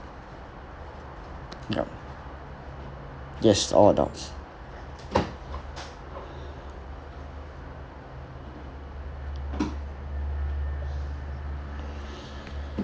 yup yes all adults